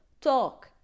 Talk